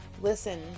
Listen